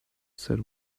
said